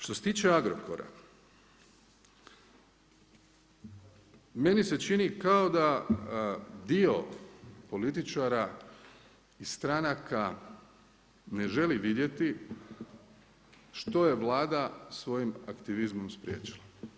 Što se tiče Agrokora meni se čini kao da dio političara i stranaka ne želi vidjeti što je Vlada svojim aktivizmom spriječila.